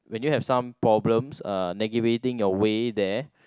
when you have some problems uh navigating your way there